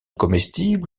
comestible